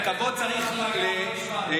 הכבוד צריך להיות מופנה לקפטן